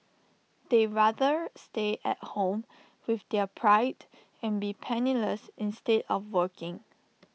they rather stay at home with their pride and be penniless instead of working